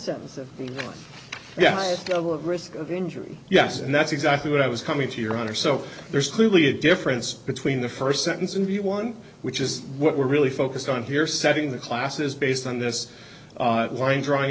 sentence yeah risk of injury yes and that's exactly what i was coming to your honor so there's clearly a difference between the first sentence and the one which is what we're really focused on here setting the classes based on this line drawing